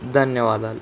ధన్యవాదాలు